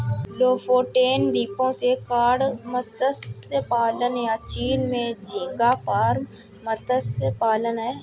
Lofoten द्वीपों से cod मत्स्य पालन, या चीन में झींगा फार्म मत्स्य पालन हैं